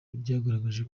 ryagaragaje